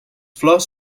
flors